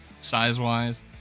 size-wise